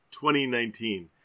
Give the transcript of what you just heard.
2019